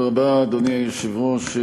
אדוני היושב-ראש,